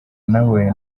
nawe